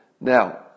Now